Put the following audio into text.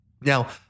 now